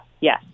Yes